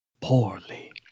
poorly